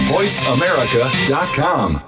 VoiceAmerica.com